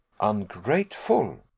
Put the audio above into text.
Ungrateful